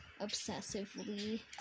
obsessively